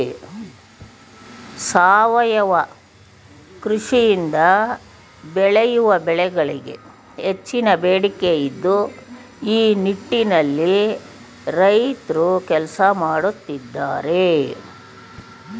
ಸಾವಯವ ಕೃಷಿಯಿಂದ ಬೆಳೆಯುವ ಬೆಳೆಗಳಿಗೆ ಹೆಚ್ಚಿನ ಬೇಡಿಕೆ ಇದ್ದು ಈ ನಿಟ್ಟಿನಲ್ಲಿ ರೈತ್ರು ಕೆಲಸ ಮಾಡತ್ತಿದ್ದಾರೆ